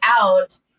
out